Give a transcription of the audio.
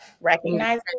Recognize